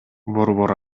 борбор